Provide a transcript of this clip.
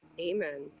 amen